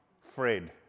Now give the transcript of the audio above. Fred